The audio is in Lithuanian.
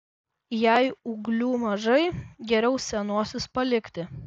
jei ūglių mažai geriau senuosius palikti